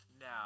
now